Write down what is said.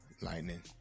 Lightning